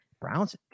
Browns